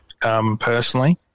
personally